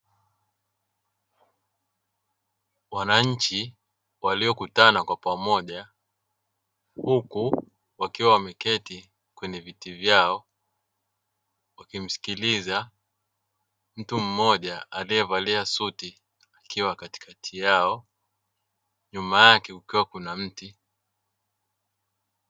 Wananchi waliokutana kwa pamoja huku wakiwa wameketi kwenye viti vyao wakimsikiliza mtu mmoja aliyevalia suti akiwa katikati yao, nyuma yake kukiwa kuna mti.